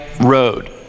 road